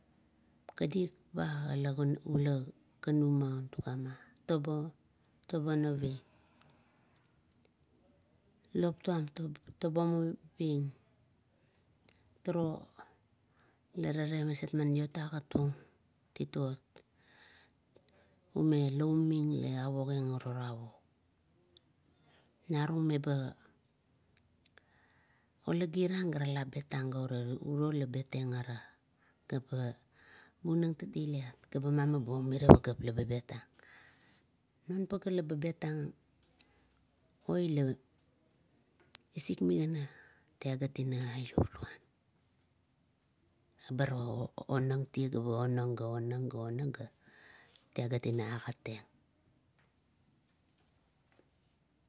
Kadik ba ula ganu maun, to ga tobonaving. Lop tuam tobomiving, tunu la tale maset man iot agat tung titot, ume louming la a wogeng iro ravuk. Na rung meba ola giran ga rala bet tang gaure ure uro la bet tang ara. Pa bunang tatailit ga ba magamagabuong mere pageap laba bet ang. Non pagea leba bet tang poi la isik migana talagat eme aiuluan, bar onangtiea, ga onang, ga onang, ga onang, ga talagt ina agat iang.